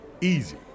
Easy